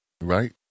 Right